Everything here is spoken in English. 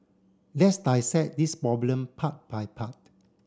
let's dissect this problem part by part